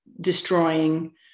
destroying